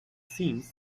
seems